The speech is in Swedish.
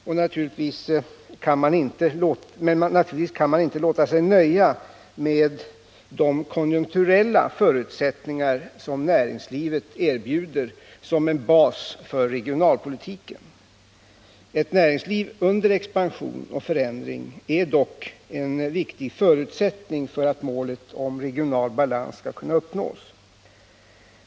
Men naturligtvis kan man inte låta sig nöja med de konjunkturella förutsättningar som näringslivet erbjuder som en bas för regionalpolitiken. Ett näringsliv under expansion och förändring är dock en viktig förutsättning för att målet om regional balans skall kunna uppnås.